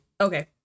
okay